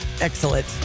Excellent